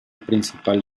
principal